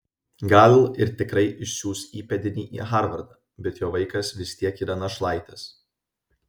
gal ir tikrai išsiųs įpėdinį į harvardą bet jo vaikas vis tiek yra našlaitis